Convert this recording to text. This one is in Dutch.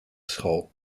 school